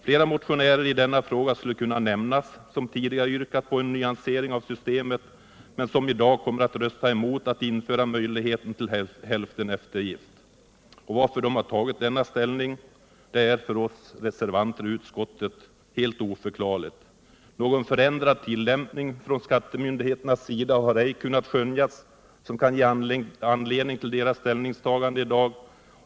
| Flera motionärer i denna fråga skulle kunna nämnas som tudigare yrkat på en nyansering av systemet men som I dag kommer att rösta emot att införa möjligheten till hälfteneftergift. Varför de nu har tagit denna ställning är för oss reservanter helt oförklarligt. Någon förändrad tillämpning från skattemyndigheternas sida har ej kunnat skönjas som kan ge anledning till deras ställningstagande i dag.